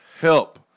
help